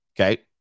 Okay